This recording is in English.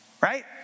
right